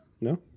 no